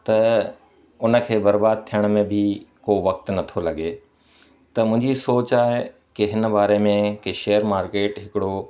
त उनखे बर्बादु थियण में बि को वक़्ति नथो लॻे त मुंहिंजी सोच आहे कि हिन बारे में कि शेयर मार्किट हिकिड़ो